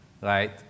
right